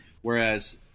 Whereas